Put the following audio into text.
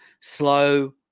slow